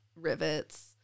rivets